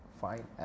fine